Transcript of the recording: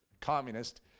communist